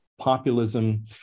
populism